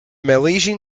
malaysian